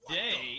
day